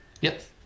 yes